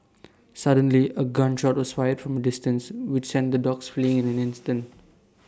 suddenly A gun shot was fired from A distance which sent the dogs fleeing in an instant